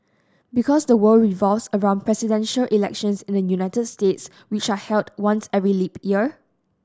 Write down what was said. because the world revolves around presidential elections in the United States which are held once every leap year